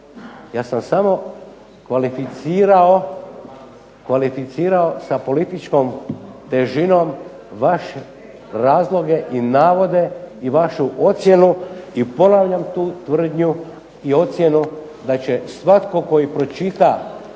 Ja sam samo kvalificirao sa političkom težinom vaše razloge i navode i vašu ocjenu i ponavljam tu tvrdnju i ocjenu da će svatko tko pročita